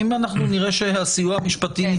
שאם נראה שהסיוע המשפטי נתקע,